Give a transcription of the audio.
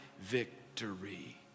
victory